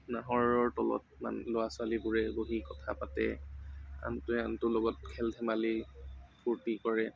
নাহৰৰ তলত ল'ৰা ছোৱালীবোৰে বহি কথা পাতে আনটোৱে আনটোৰ লগত খেল ধেমালী ফূৰ্তি কৰে